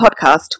podcast